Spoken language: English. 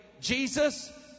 Jesus